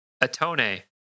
Atone